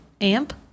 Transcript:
amp